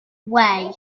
way